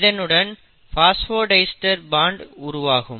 இதனுடன் phosphodiester bond உருவாகும்